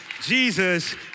Jesus